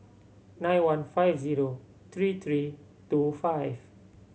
nine one five zero three three two five